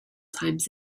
times